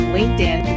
LinkedIn